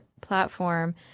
platform